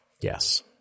yes